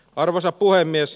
arvoisa puhemies